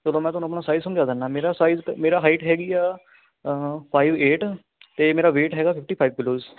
ਚਲੋ ਮੈਂ ਤੁਹਾਨੂੰ ਆਪਣਾ ਸਾਈਜ਼ ਸਮਝਾ ਦਿੰਦਾ ਮੇਰਾ ਸਾਈਜ਼ ਮੇਰਾ ਹਾਈਟ ਹੈਗੀ ਆ ਫਾਈਵ ਏਟ ਅਤੇ ਮੇਰਾ ਵੇਟ ਹੈਗਾ ਫਿਫਟੀ ਫਾਈਵ ਕਿੱਲੋਸ